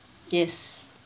yes